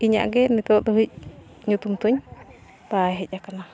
ᱤᱧᱟᱹᱜ ᱜᱮ ᱱᱤᱛᱳᱜ ᱫᱷᱟᱹᱵᱤᱡ ᱧᱩᱛᱩᱢ ᱛᱤᱧ ᱵᱟᱭ ᱦᱮᱡ ᱟᱠᱟᱱᱟ